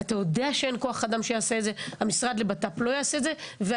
כשהיא אמרה את זה, אני שאלתי אם זה לאשר.